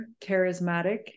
charismatic